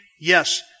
yes